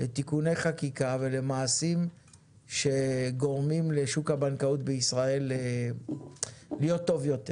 לתיקוני חקיקה ולמעשים שגורמים לשוק הבנקאות בישראל להיות טוב יותר.